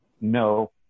no